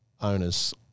owners